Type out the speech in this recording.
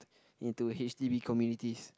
into H_D_B communities